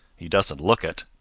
he doesn't look it,